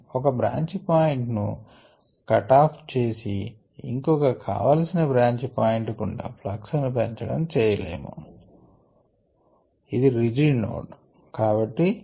ఒక branch point ను cut off చేసి ఇంకొక కావాల్సిన బ్రాంచ్ పాయింట్ గుండా ప్లక్స్ ను పెంచడం చేయలేము ఇది రిజిడ్ నోడ్